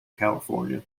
california